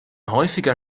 häufiger